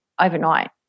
overnight